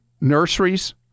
nurseries